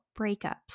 breakups